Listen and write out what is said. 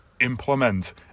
implement